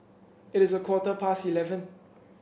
it is a quarter past eleven